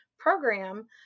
program